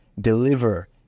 deliver